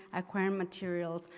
acquire materials,